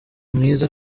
mwiza